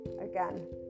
again